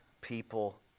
people